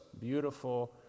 beautiful